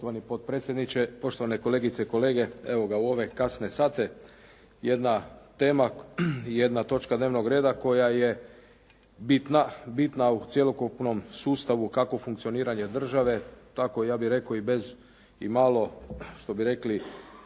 Poštovani potpredsjedniče, poštovane kolegice i kolege. Evo ga u ove kasne sate, jedna tema i jedna točka dnevnog reda koja je bitna, bitna u cjelokupnom sustavu kako funkcioniranja države tako ja bih rekao i bez i malo što bi rekli